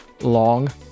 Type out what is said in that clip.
long